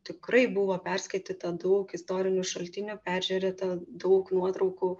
tikrai buvo perskaityta daug istorinių šaltinių peržiūrėta daug nuotraukų